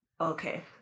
okay